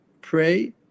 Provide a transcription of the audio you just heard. pray